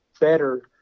better